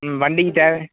ம் வண்டிக்குத் தேவை